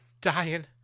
dying